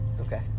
Okay